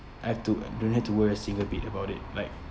I have to don't have to worry a single bit about it like